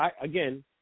again